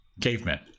cavemen